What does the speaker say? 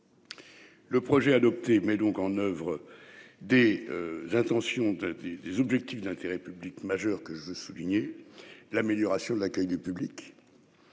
Le projet adopté met donc en oeuvre. Des. Intentions de des des objectifs d'intérêt public majeur que je veux souligner l'amélioration de l'accueil du public.